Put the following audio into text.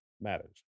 matters